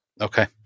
Okay